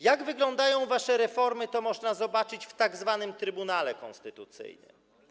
Jak wyglądają wasze reformy, to można zobaczyć w tzw. Trybunale Konstytucyjnym.